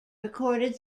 recorded